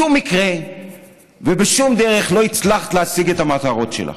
בשום מקרה ובשום דרך לא הצלחת להשיג את המטרות שלך.